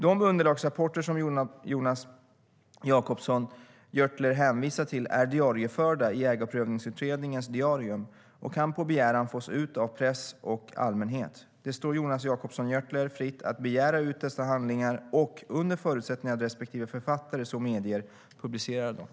De underlagsrapporter som Jonas Jacobsson Gjörtler hänvisar till är diarieförda i Ägarprövningsutredningens diarium och kan på begäran fås ut av press och allmänhet. Det står Jonas Jacobsson Gjörtler fritt att begära ut dessa handlingar och, under förutsättning att respektive författare så medger, publicera dem.